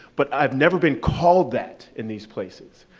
but i've never been called that in these places.